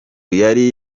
yari